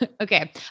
Okay